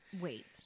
wait